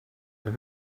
than